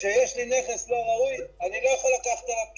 כשיש לי נכס לא ראוי, אני לא יכול לקחת עליו כסף.